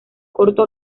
corto